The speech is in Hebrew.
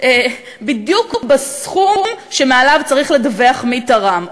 בדיוק בסכום שמעליו צריך לדווח מי תרם,